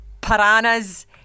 piranhas